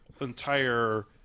entire